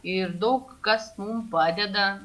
ir daug kas mum padeda